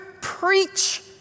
preach